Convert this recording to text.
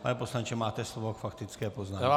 Pane poslanče, máte slovo k faktické poznámce.